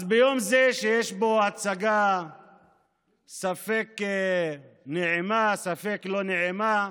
אז ביום זה, שיש בו הצגה ספק נעימה ספק לא נעימה,